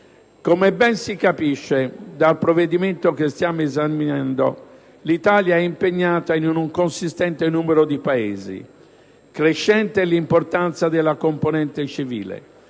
Come ben si capisce dal provvedimento che stiamo esaminando, l'Italia è impegnata in un consistente numero di Paesi; crescente è l'importanza della componente civile;